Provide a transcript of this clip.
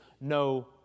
no